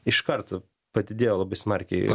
iš karto padidėjo labai smarkiai